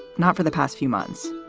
not for the past few months,